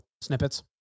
snippets